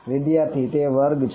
વિદ્યાર્થી તે વર્ગ છે